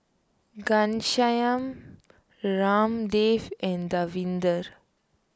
Ghanshyam Ramdev and Davinder